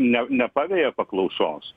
ne nepaveja paklausos